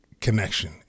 connection